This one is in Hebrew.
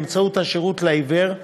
באמצעות השירות לעיוור,